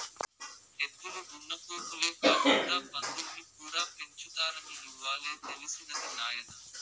ఎద్దులు దున్నపోతులే కాకుండా పందుల్ని కూడా పెంచుతారని ఇవ్వాలే తెలిసినది నాయన